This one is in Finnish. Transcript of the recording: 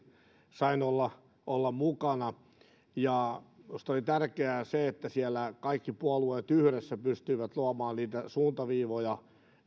sain olla olla mukana minusta oli tärkeää se että siellä kaikki puolueet yhdessä pystyivät luomaan suuntaviivoja